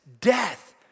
death